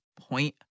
Point